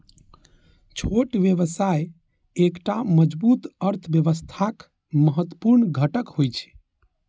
छोट व्यवसाय एकटा मजबूत अर्थव्यवस्थाक महत्वपूर्ण घटक होइ छै